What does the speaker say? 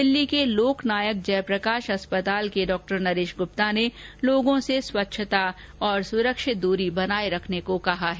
दिल्ली के लोकनायक जयप्रकाश अस्पताल के डॉ नरेश ग्रप्ता ने लोगों से स्वच्छता और सुरक्षित दूरी बनाए रखने को कहा है